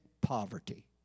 poverty